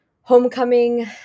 homecoming